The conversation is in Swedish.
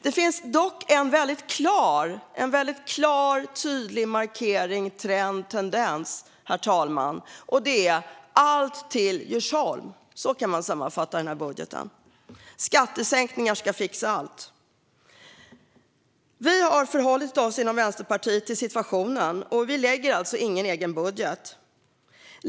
Det finns dock en väldigt klar och tydlig markering, trend och tendens, herr talman, och det är allt till Djursholm. Så kan man sammanfatta den här budgeten. Skattesänkningar ska fixa allt. Vi i Vänsterpartiet har förhållit oss till situationen och lägger alltså ingen egen budget.